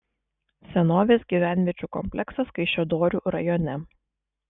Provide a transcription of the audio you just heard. senovės gyvenviečių kompleksas kaišiadorių rajone